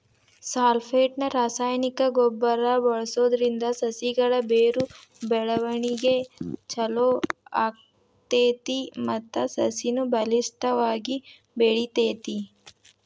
phosphate ನ ರಾಸಾಯನಿಕ ಗೊಬ್ಬರ ಬಳ್ಸೋದ್ರಿಂದ ಸಸಿಗಳ ಬೇರು ಬೆಳವಣಿಗೆ ಚೊಲೋ ಆಗ್ತೇತಿ ಮತ್ತ ಸಸಿನು ಬಲಿಷ್ಠವಾಗಿ ಬೆಳಿತೇತಿ